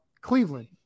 Cleveland